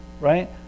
right